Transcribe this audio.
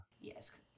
Yes